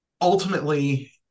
Ultimately